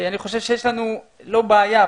אני חושב שיש לנו לא בעיה,